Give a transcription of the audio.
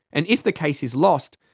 and if the case is lost,